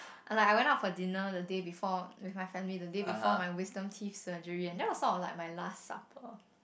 like I went out for dinner the day before with my family the day before the day before my wisdom teeth surgery and that was sort of my last supper